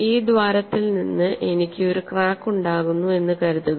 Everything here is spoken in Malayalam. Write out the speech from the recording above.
ഈ ദ്വാരത്തിൽ നിന്ന് എനിക്ക് ഒരു ക്രാക്ക് ഉണ്ടാകുന്നു എന്ന് കരുതുക